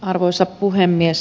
arvoisa puhemies